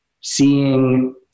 seeing